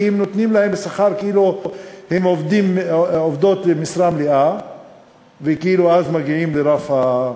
כי הם נותנים להן שכר כאילו הן עובדות במשרה מלאה ואז מגיעות לרף,